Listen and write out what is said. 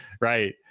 right